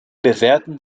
bewerten